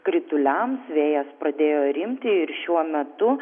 krituliams vėjas pradėjo rimti ir šiuo metu